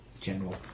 general